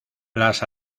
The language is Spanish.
las